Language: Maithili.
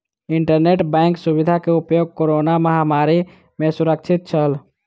इंटरनेट बैंक सुविधा के उपयोग कोरोना महामारी में सुरक्षित छल